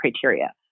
criteria